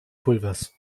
pulvers